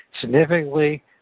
Significantly